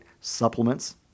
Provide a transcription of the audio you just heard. supplements